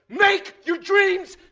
make your dreams